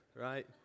right